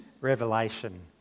revelation